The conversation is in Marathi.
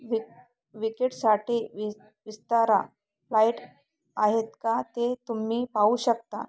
विक विकेडसाठी विस् विस्तारा फ्लाइट आहेत का ते तुम्ही पाहू शकता